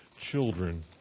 children